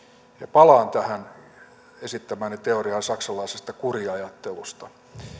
palaan tähän esittämääni teoriaan saksalaisesta kuriajattelusta